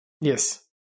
Yes